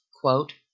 quote